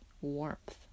warmth